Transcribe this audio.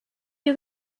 you